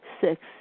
Six